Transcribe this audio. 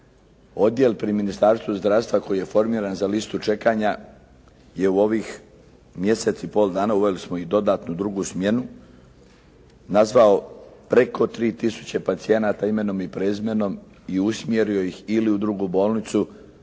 Odjel pri Ministarstvu zdravstva koji je formiran za listu čekanja je u ovih mjesec i pol dana uveli smo i dodatno drugu smjenu nazvao preko 3 tisuće pacijenata imenom i prezimenom i usmjerio ih ili u drugu bolnicu